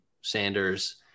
Sanders